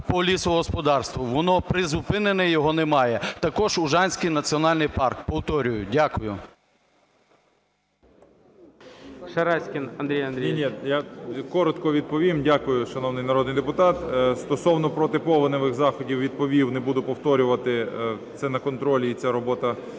по лісогосподарству. Воно призупинене, його немає. Також Ужанський національний парк, повторюю. Дякую. ГОЛОВУЮЧИЙ. Шараськін Андрій Андрійович. 10:57:50 ШМИГАЛЬ Д.А. Я коротко відповім. Дякую, шановний народний депутат. Стосовно протиповіневих заходів відповів, не буду повторювати, це на контролі, і ця робота